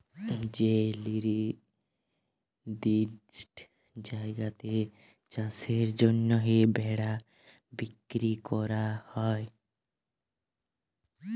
যে লিরদিষ্ট জায়গাতে চাষের জ্যনহে ভেড়া বিক্কিরি ক্যরা হ্যয়